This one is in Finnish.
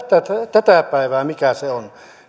tätä päivää mikä se on